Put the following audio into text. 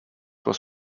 was